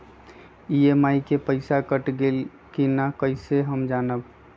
EMI के पईसा cut गेलक कि ना कइसे हम जानब?